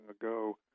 ago